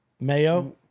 Mayo